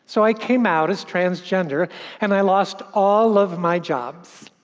so i came out as transgender and i lost all of my jobs.